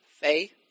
faith